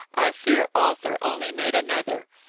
i fear arthur only made another.